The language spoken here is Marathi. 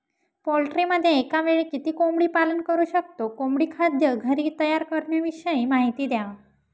पोल्ट्रीमध्ये एकावेळी किती कोंबडी पालन करु शकतो? कोंबडी खाद्य घरी तयार करण्याविषयी माहिती द्या